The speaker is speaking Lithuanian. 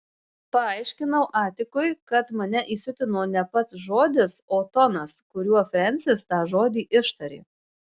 paaiškinau atikui kad mane įsiutino ne pats žodis o tonas kuriuo frensis tą žodį ištarė